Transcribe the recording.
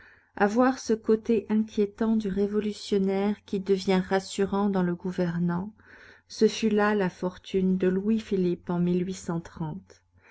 avoir ce côté inquiétant du révolutionnaire qui devient rassurant dans le gouvernant ce fut là la fortune de louis-philippe en